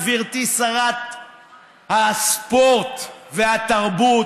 גברתי שרת הספורט והתרבות.